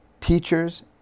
teachers